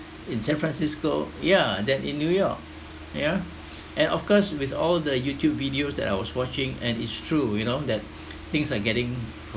in san francisco yeah than in new york yeah and of course with all the youtube videos that I was watching and it's true you know that things are getting